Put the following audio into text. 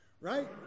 right